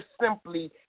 simply